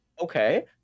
okay